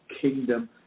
Kingdom